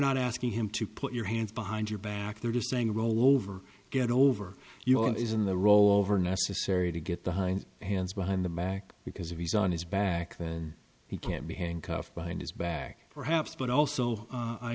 not asking him to put your hands behind your back they're just saying roll over get over your isn't the rollover necessary to get the hind hands behind the back because he's on his back and he can't be handcuffed behind his back perhaps but also